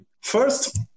First